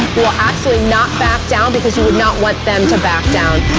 will absolutely not back down because would not want them to back down.